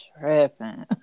tripping